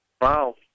Wow